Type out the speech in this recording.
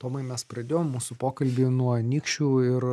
tomai mes pradėjom mūsų pokalbį nuo anykščių ir